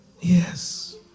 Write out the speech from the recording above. Yes